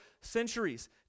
centuries